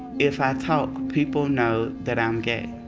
if i talk, people know that i'm gay,